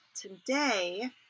today